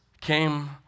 came